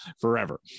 forever